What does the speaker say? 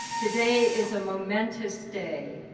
today is a momentous day.